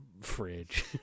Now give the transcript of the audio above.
fridge